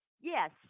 yes